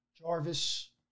Jarvis